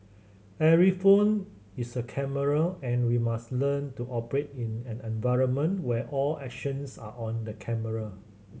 every phone is a camera and we must learn to operate in an environment where all actions are on the camera